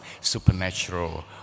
supernatural